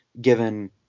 given